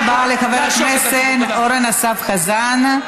תודה רבה לחבר הכנסת אורן אסף חזן.